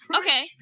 Okay